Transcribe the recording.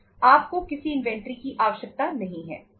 आपको किसी इन्वेंटरी की आवश्यकता नहीं है